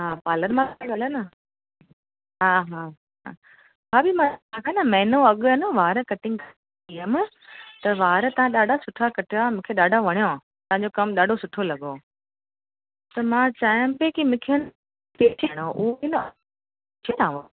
हा पार्लर मां थी ॻाल्हायो न हा हा भाभी मां तव्हां खां न महिनो अॻ आहे न वार कटिंग कई हुयमि त वार तव्हां ॾाढा सुठा कटिया हा मूंखे ॾाढा वणियो तव्हांजो कम ॾाढो सुठो लॻो त मां चाहियां पई की मूंखे अ न फ़ेशियल कराइणो हो उहो कंदा न